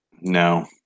No